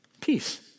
peace